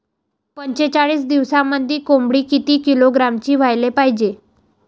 पंचेचाळीस दिवसामंदी कोंबडी किती किलोग्रॅमची व्हायले पाहीजे?